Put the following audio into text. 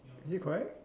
is it correct